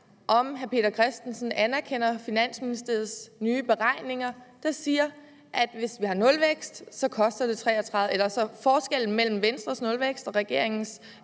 om hr. Peter Christensen anerkender Finansministeriets nye beregninger, der siger, at forskellen mellem Venstres nulvækst og regeringens